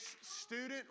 student